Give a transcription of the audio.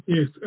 Yes